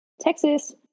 Texas